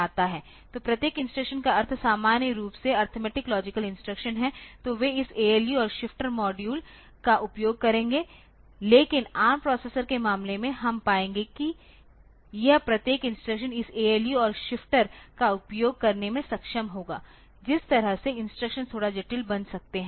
तो प्रत्येक इंस्ट्रक्शन का अर्थ सामान्य रूप से अरिथमेटिक लॉजिक इंस्ट्रक्शन हैं तो वे इस ALU और शिफ्टर मॉड्यूल का उपयोग करेंगे लेकिन ARM प्रोसेसर के मामले में हम पाएंगे कि यह प्रत्येक इंस्ट्रक्शन इस ALU और शिफ्टर का उपयोग करने में सक्षम होगा जिस तरह से इंस्ट्रक्शन थोड़ा जटिल बन सकते हैं